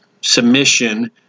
Submission